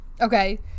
Okay